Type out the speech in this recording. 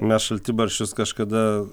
mes šaltibarščius kažkada